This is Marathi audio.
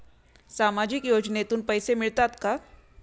सामाजिक योजनेतून पैसे मिळतात का?